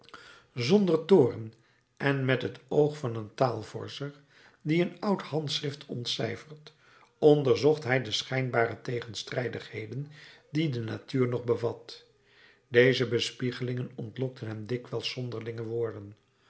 zonder toorn en met het oog van een taalvorscher die een oud handschrift ontcijfert onderzocht hij de schijnbare tegenstrijdigheden die de natuur nog bevat deze bespiegelingen ontlokten hem dikwijls zonderlinge woorden